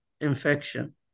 infection